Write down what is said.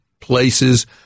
places